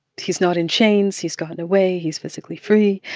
he's not in chains. he's gotten away. he's physically free.